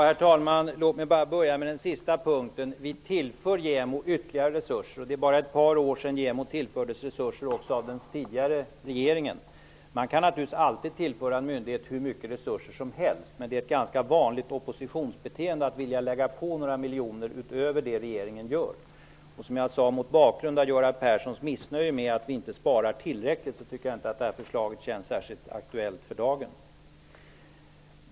Herr talman! Låt mig börja med den sistnämnda punkten. Vi tillför JämO ytterligare resurser. Det är bara ett par år sedan JämO tillfördes resurser också av den föregående regeringen. Man kan naturligtvis alltid tillföra en myndighet hur mycket resurser som helst. Men det är ett ganska vanligt oppositionsbeteende att man vill lägga på några miljoner utöver det regeringen gör. Som jag sade tycker jag inte att det här förslaget känns särskilt aktuellt för dagen, mot bakgrund av Göran Perssons missnöje med att vi inte sparar tillräckligt.